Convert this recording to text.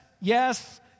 yes